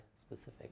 specific